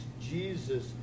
Jesus